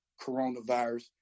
coronavirus